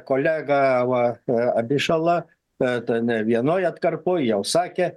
koleg a va abišala bet ne vienoj atkarpoj jau sakė